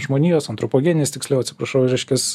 žmonijos antropogeninis tiksliau atsiprašau reiškias